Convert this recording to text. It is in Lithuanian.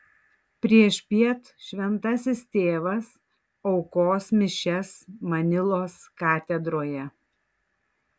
priešpiet šventasis tėvas aukos mišias manilos katedroje